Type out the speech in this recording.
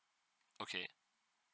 okay